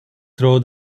through